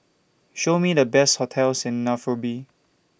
Show Me The Best hotels in Nairobi